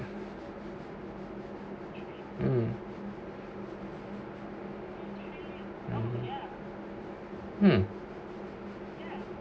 um mm !huh!